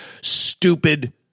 stupid